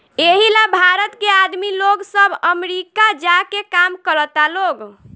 एही ला भारत के आदमी लोग सब अमरीका जा के काम करता लोग